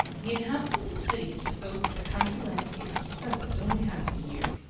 the inhabitants of cities suppose that the country landscape is pleasant only half the year.